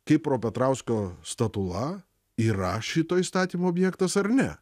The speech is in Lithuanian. kipro petrausko statula yra šito įstatymo objektas ar ne